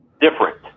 different